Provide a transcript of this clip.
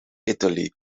italy